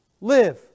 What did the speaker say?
live